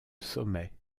sommet